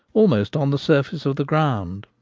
almost on the surface of the ground.